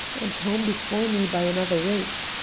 and home before me by another route,